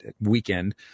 weekend